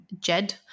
Jed